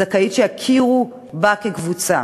הזכאית שיכירו בה כקבוצה.